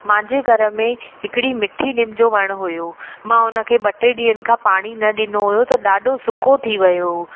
मुंहिंजे घर में हिकड़ी मीठी निम जो वणु हुओ मां उन खे ॿ टे ॾींहनि खां पाणी न ॾिनो हुओ त ॾाढो सुको थी वियो